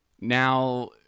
Now